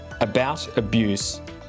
aboutabuse